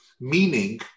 meaning